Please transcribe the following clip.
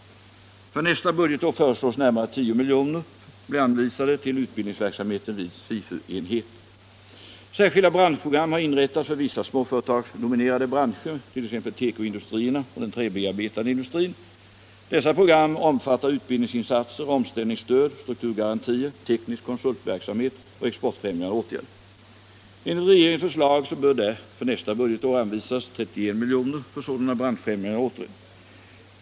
För nästa budgetår föreslås närmare 10 milj.kr. bli anvisade till utbildningsverksamheten vid SIFU-enheten. Särskilda branschprogram har inrättats för vissa småföretagsdominerade branscher, t.ex. tekoindustrierna och den träbearbetande industrin. Dessa program omfattar utbildningsinsatser, omställningsstöd, strukturgarantier, teknisk konsulentverksamhet och exportfrämjande åtgärder. Enligt regeringens förslag bör för nästa budgetår anvisas 31 milj.kr. för sådana branschfrämjande åtgärder.